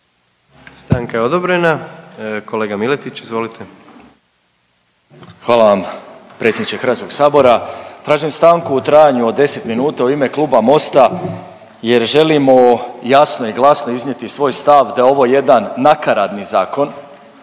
Stanka je odobrena. Kolega Miletić, izvolite. **Miletić, Marin (MOST)** Hvala vam predsjedniče Hrvatskog sabora. Tražim stanku u trajanju od 10 minuta u ime Kluba MOST-a jer želimo jasno i glasno iznijeti svoj stav da je ovo jedan nakaradni zakon.